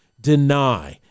deny